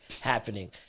happening